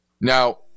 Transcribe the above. Now